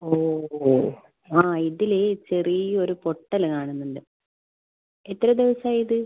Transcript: ഓ ഓ ആ ഇതില് ചെറിയ ഒരു പൊട്ടല് കാണുന്നുണ്ട് എത്ര ദിവസം ആയി ഇത്